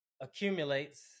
accumulates